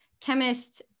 chemist